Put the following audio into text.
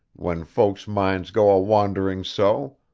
when folks' minds go a wandering so.